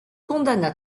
condamna